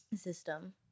system